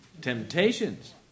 Temptations